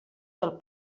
del